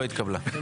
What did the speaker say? לא התקבלה.